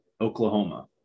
Oklahoma